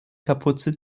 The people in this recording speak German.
kapuze